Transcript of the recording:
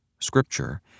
Scripture